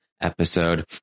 episode